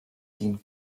dienen